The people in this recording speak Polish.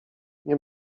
nie